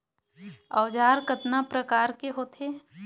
औजार कतना प्रकार के होथे?